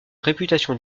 réputation